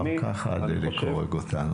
גם ככה הדלק הורג אותנו.